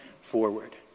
forward